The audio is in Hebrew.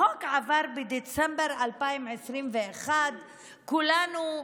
החוק עבר בדצמבר 2021. כולנו,